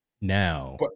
now